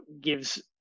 gives